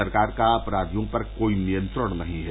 सरकार का अपराधियों पर कोई नियंत्रण नहीं है